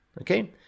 okay